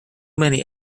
many